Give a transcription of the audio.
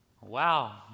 Wow